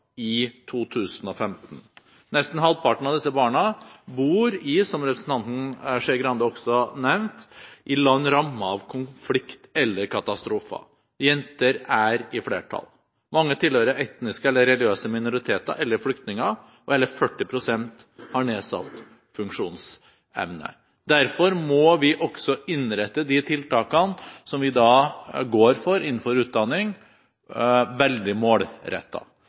i 2015. Nesten halvparten av disse barna bor i – som representanten Skei Grande også nevnte – land rammet av konflikt eller katastrofer. Jenter er i flertall. Mange tilhører etniske eller religiøse minoriteter eller er flyktninger, og hele 40 pst. har nedsatt funksjonsevne. Derfor må også de tiltakene som vi går for innenfor utdanning, være veldig